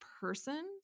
person